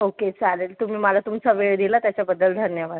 okay चालेल तुम्ही मला तुमचा वेळ दिला त्याच्याबद्दल धन्यवाद